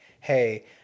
hey